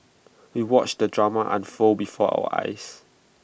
we watched the drama unfold before our eyes